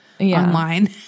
online